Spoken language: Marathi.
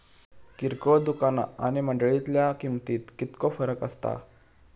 किरकोळ दुकाना आणि मंडळीतल्या किमतीत कितको फरक असता?